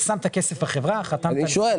שמת את הכסף בחברה -- אז אני שואל,